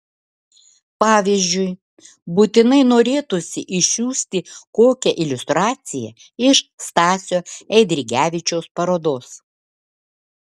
pavyzdžiui būtinai norėtųsi išsiųsti kokią iliustraciją iš stasio eidrigevičiaus parodos